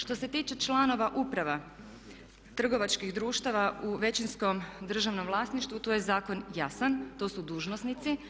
Što se tiče članova uprava trgovačkih društava u većinskom državnom vlasništvu tu je zakon jasan, to su dužnosnici.